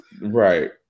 Right